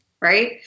Right